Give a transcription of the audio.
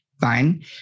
fine